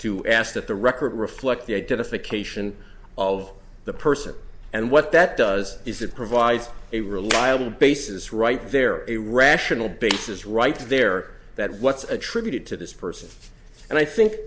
to ask that the record reflect the identification of the person and what that does is it provides a reliable basis right there a rational basis right there that what's tributed to this person and i think